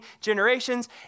generations